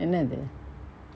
என்ன இது:enna ithu